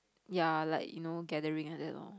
ya like you know gathering like that lor